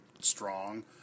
strong